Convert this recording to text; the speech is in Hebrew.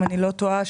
אם אני לא טועה,